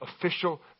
official